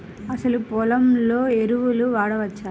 అసలు పొలంలో ఎరువులను వాడవచ్చా?